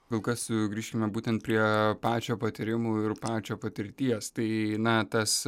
kol kas sugrįžkime būtent prie pačio patyrimų ir pačio patirties tai na tas